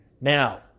Now